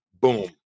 boom